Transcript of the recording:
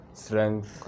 strength